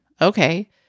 okay